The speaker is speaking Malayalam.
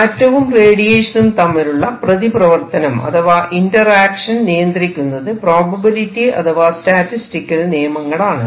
ആറ്റവും റേഡിയേഷനും തമ്മിലുള്ള പ്രതിപ്രവർത്തനം അഥവാ ഇന്ററാക്ഷൻ നിയന്ത്രിക്കുന്നത് പ്രോബബിലിറ്റി അഥവാ സ്റ്റാറ്റിസ്റ്റിക്കൽ നിയമങ്ങളാണ്